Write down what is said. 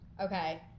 okay